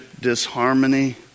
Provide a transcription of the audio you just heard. disharmony